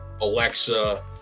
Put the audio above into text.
Alexa